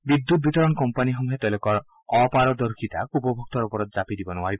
বিদ্যুৎ বিতৰণ কোম্পানীসমূহে তেওঁলোকৰ অপাৰদৰ্শিতাক উপভোক্তাৰ ওপৰত জাৰি দিব নোৱাৰিব